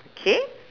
okay